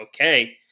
okay